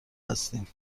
هستیم